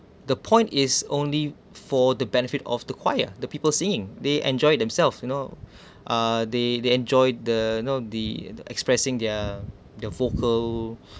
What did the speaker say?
the point is only for the benefit of the choir the people singing they enjoyed it them self you know uh they they enjoyed the you know the the expressing their their vocal